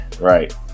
Right